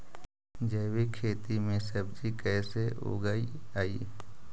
जैविक खेती में सब्जी कैसे उगइअई?